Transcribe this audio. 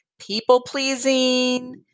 people-pleasing